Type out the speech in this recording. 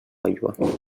aigua